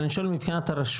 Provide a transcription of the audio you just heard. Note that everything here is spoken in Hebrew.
אבל אני שואל מבחינת הרשות,